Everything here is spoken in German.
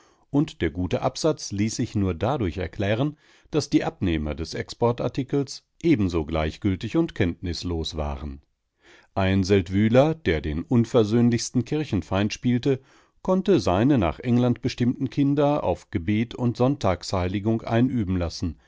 und der gute absatz ließ sich nur dadurch erklären daß die abnehmer des exportartikels ebenso gleichgültig und kenntnislos waren ein seldwyler der den unversöhnlichsten kirchenfeind spielte konnte seine nach england bestimmten kinder auf gebet und sonntagsheiligung einüben lassen